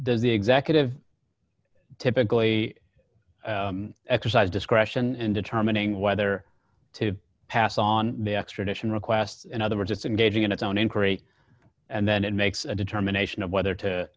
that the executive typically exercise discretion in determining whether to pass on the extradition request in other words it's engaging in its own inquiry and then it makes a determination of whether to